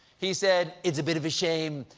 he said, it's a bit of a shame,